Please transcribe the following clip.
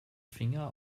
finger